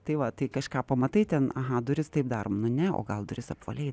tai va tai kažką pamatai ten aha duris taip darom nu ne o gal duris apvaliai